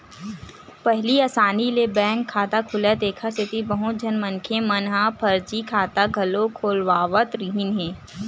पहिली असानी ले बैंक खाता खुलय तेखर सेती बहुत झन मनखे मन ह फरजी खाता घलो खोलवावत रिहिन हे